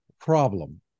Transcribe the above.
problem